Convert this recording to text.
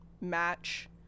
match